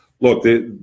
look